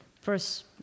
first